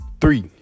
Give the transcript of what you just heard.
Three